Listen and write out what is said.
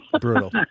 Brutal